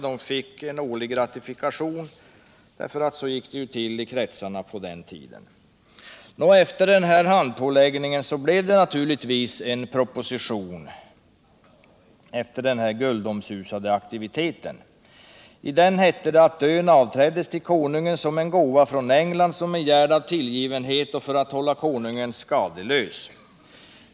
De fick från 1816 en årlig gratifikation. Så gick det till i de kretsarna på den tiden. Det blev naturligtvis en proposition efter denna guldomsusade aktivitet. I den hette det att ön avträddes till konungen som en gåva från England, som en gärd av tillgivenhet och för att hålla konungen skadeslös.